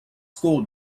school